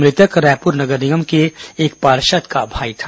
मृतक रायपुर नगर निगम के एक पार्षद का भाई था